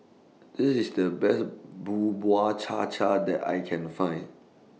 This IS The Best Cha Cha that I Can Find